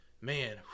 man